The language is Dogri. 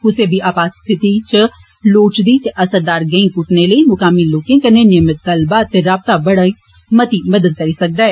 कूसै बी आपात स्थिति च लोड़चदी ते असरदार गैऽ पुट्टने लेई मुकामी लोकें कर्न्ने नियमित गल्लेबात ते रावता बड़ी मती मदद करी सकदा ऐ